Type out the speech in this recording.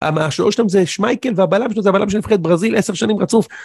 השוער שלהם זה שמייקל והבלם שלו זה הבלם של נבחרת ברזיל עשר שנים רצוף.